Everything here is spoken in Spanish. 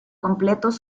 completos